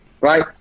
right